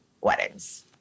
weddings